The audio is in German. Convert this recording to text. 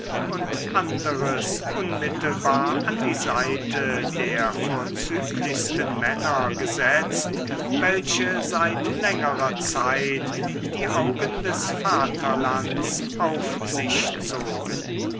und anderes unmittelbar an die seite der vorzüglichsten männer gesetzt welche seit längerer zeit die augen des vaterlands auf sich zogen